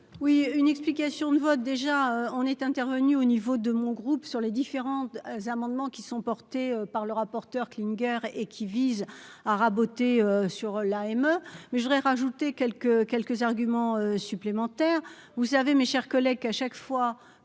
Oui, une explication de vote déjà on est intervenu au niveau de mon groupe, sur les différentes amendement qui sont portés par le rapporteur Klinger et qui vise à raboter sur la émeut mais je voudrais rajouter quelques quelques arguments supplémentaires, vous savez, mes chers collègues, à chaque fois